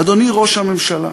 אדוני ראש הממשלה,